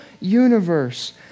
universe